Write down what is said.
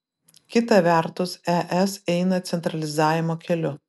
kita vertus es eina centralizavimo keliu